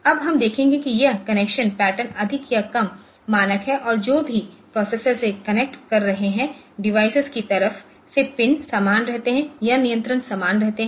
अब हम देखेंगे कि यह कनेक्शन पैटर्न अधिक या कम मानक हैं और जो भी प्रोसेसर से कनेक्ट कर रहे हैंडिवाइस की तरफ से पिन समान रहते हैं या नियंत्रण समान रहते हैं